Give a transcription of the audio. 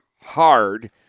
hard